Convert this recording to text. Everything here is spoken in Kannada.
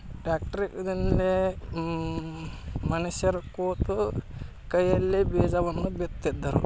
ಟ್ಯಾಕ್ಟ್ರುನಲ್ಲೇ ಮನುಷ್ಯರು ಕೂತು ಕೈಯಲ್ಲಿ ಬೀಜವನ್ನು ಬಿತ್ತಿದ್ದರು